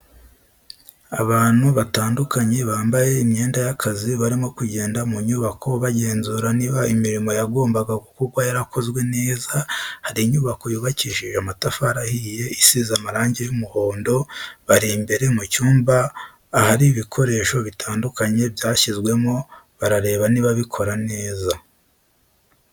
Abantu batandukanye bambaye imyenda y'akazi barimo kugenda mu nyubako bagenzura niba imirimo yagombaga gukorwa yarakozwe neza, hari inyubako yubakishije amatafari ahiye isize amarangi y'umuhondo, bari imbere mu cyumba ahari ibikoresho bitandukanye byashyizwemo barareba niba bikora neza.